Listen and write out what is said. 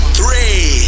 three